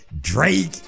Drake